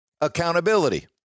accountability